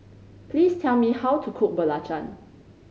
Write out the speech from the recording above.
please tell me how to cook belacan